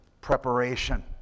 preparation